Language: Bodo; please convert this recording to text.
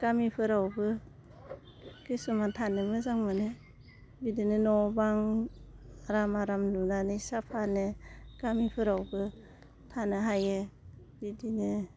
गामिफोरावबो खिसुमान थानो मोजां मोनो बिदिनो न' बां रामा मा लुनानै साफानो गामिफोरावबो थानो हायो बिदिनो